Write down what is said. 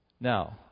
Now